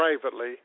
privately